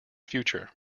future